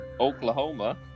Oklahoma